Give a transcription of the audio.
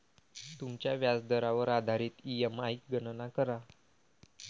तुमच्या व्याजदरावर आधारित ई.एम.आई गणना करा